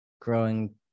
growing